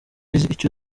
icyo